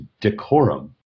decorum